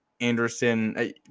Anderson